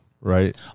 right